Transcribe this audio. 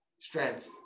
strength